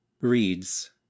reads